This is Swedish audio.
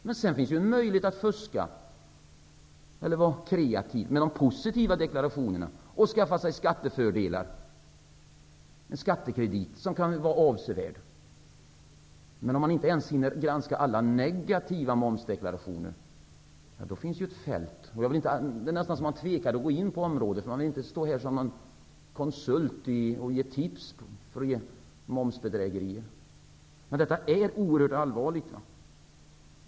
Det finns en möjlighet att fuska, eller vara kreativ, med de positiva deklarationerna och skaffa sig skattefördelar och en skattekredit som kan vara avsevärd. Om man inte ens hinner granska alla negativa momsdeklarationer finns det ett fält. Det är nästan så att man tvekar att gå in på frågan. Jag vill inte stå här som någon konsult och ge tips när det gäller momsbedrägerier. Detta är oerhört allvarligt.